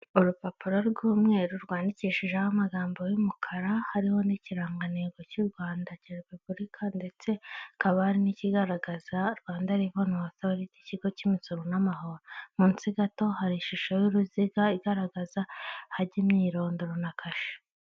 Urupapuro rw'umweru rwandikishijeho amagambo y'umukara hariho n'ikirangantego cy'u Rwanda cya Repubulika ndetse hakaba hari n'ikigaragaza rwanda reveni otoriti ikigo cy'imisoro n'amahoro munsi gato hari ishusho y'uruziga igaragaza ahajya imyirondoro na kashe.